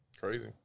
Crazy